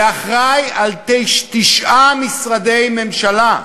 ואחראי לתשעה משרדי ממשלה.